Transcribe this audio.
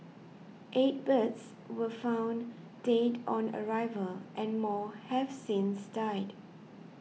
eight birds were found dead on arrival and more have since died